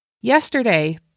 Yesterday